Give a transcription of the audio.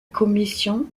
commission